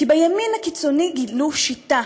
כי בימין הקיצוני גילו שיטה,